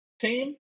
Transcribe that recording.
team